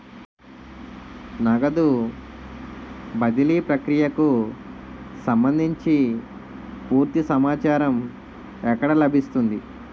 నగదు బదిలీ ప్రక్రియకు సంభందించి పూర్తి సమాచారం ఎక్కడ లభిస్తుంది?